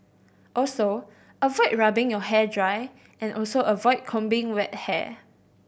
also avoid rubbing your hair dry and also avoid combing wet hair